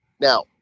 Now